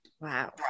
Wow